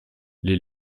les